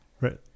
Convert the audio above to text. Right